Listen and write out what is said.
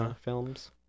films